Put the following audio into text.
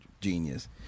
Genius